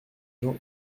gens